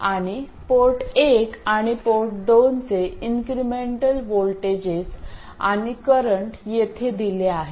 आणि पोर्ट एक आणि पोर्ट दोनचे इन्क्रिमेंटल व्होल्टेजेस आणि करंट येथे दिले आहेत